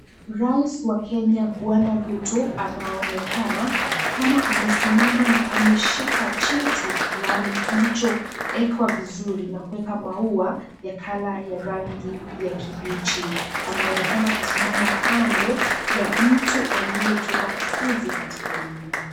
Rais wa Kenya Bwana Ruto, anaonekana kama amesimama na ameshika cheti fulani kilichowekwa vizuri na kuwekwa maua ya colour ya rangi kibichi. Anaonekana kusimama kando ya mtu aliyetoka kufuzu katika elimu.